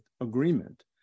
agreement